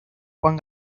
juan